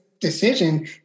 decision